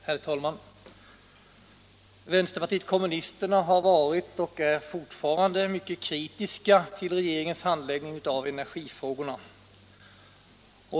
Herr talman! Vänsterpartiet kommunisterna har varit och är fortfarande mycket kritiskt mot regeringens handläggning av energifrågorna.